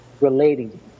relating